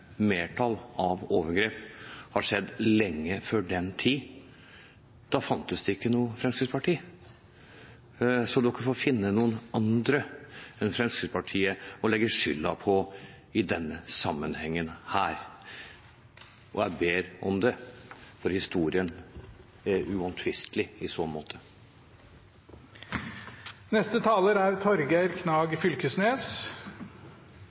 antallet av overgrep skjedde lenge før den tid. Da fantes det ikke noe fremskrittsparti, så man får finne noen andre enn Fremskrittspartiet å legge skylden på i denne sammenhengen. Jeg ber om det, for historien er uomtvistelig i så måte. Enkelte ting kan berre ikkje få vere uimotsagde. Framstegspartiet er